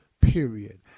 period